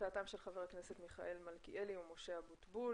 הצעתם של חברי הכנסת מיכאל מלכיאלי ומשה אבוטבול.